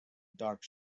dark